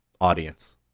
audience